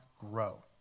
grow